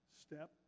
step